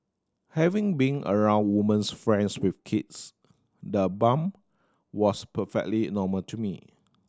having been around woman's friends with kids the bump was perfectly normal to me